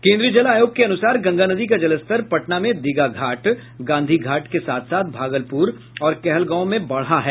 केन्द्रीय जल आयोग के अनुसार गंगा नदी का जलस्तर पटना में दीघा घाट गांधी घाट के साथ साथ भागलपुर और कहलगांव में बढ़ा है